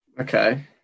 Okay